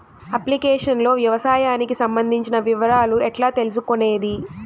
Application లో వ్యవసాయానికి సంబంధించిన వివరాలు ఎట్లా తెలుసుకొనేది?